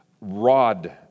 rod